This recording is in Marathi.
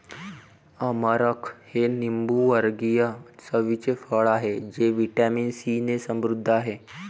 अमरख हे लिंबूवर्गीय चवीचे फळ आहे जे व्हिटॅमिन सीने समृद्ध आहे